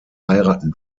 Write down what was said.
heiraten